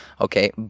okay